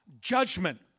judgment